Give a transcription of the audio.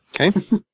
okay